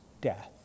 death